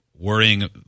worrying